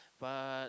but